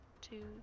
two